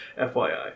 FYI